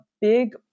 big